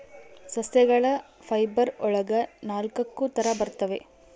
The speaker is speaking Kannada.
ಸಸ್ಯಗಳ ಫೈಬರ್ ಒಳಗ ನಾಲಕ್ಕು ತರ ಬರ್ತವೆ